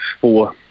four